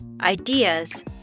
ideas